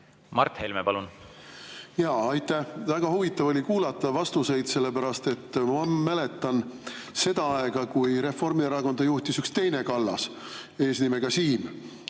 ette võtta? Aitäh! Väga huvitav oli kuulata vastuseid, sellepärast et ma mäletan seda aega, kui Reformierakonda juhtis üks teine Kallas, eesnimega Siim.